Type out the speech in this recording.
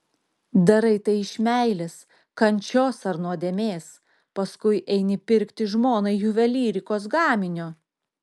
darai tai iš meilės kančios ar nuodėmės paskui eini pirkti žmonai juvelyrikos gaminio